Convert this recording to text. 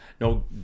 no